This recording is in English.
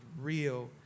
real